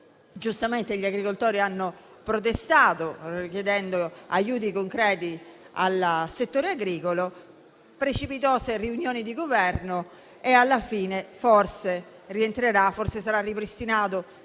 Giustamente gli agricoltori hanno protestato, chiedendo aiuti concreti al settore agricolo, sono seguite precipitose riunioni di Governo e, alla fine, forse sarà ripristinato.